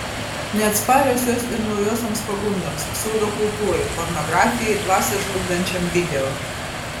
neatsparios jos ir naujosioms pagundoms pseudokultūrai pornografijai dvasią žlugdančiam video